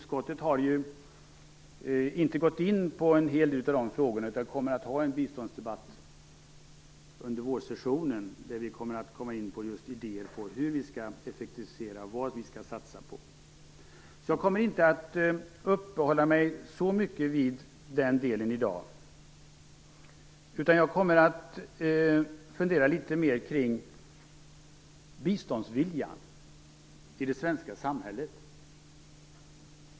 Utskottet har nu inte gått in på en hel del av de frågorna, eftersom vi kommer att ha en biståndsdebatt under vårsessionen där vi kommer att komma in på idéer om hur vi skall effektivisera och vad vi skall satsa på. Jag kommer inte att uppehålla mig så mycket vid den delen i dag, utan jag kommer att fundera litet mera kring biståndsviljan i det svenska samhället.